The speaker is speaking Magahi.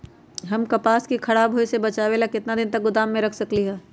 हम कपास के खराब होए से बचाबे ला कितना दिन तक गोदाम में रख सकली ह?